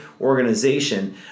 organization